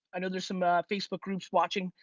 i know there's some facebook groups watching.